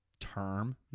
term